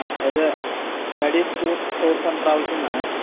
ആ ഇത് studies tours and ട്രാവൽസീന്നാണേ